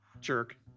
Jerk